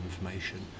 information